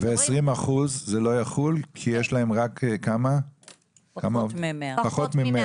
ו-20% זה לא יחול כי יש פחות מ-100,